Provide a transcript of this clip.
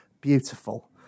beautiful